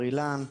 בר אילן,